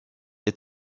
est